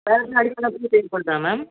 வேறு என்ன அடிக்ஷனாலாக பூ தேவைப்படுமா மேம்